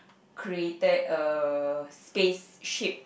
created a spaceship